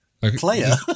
Player